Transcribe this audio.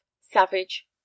savage